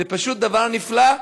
זה פשוט דבר נפלא.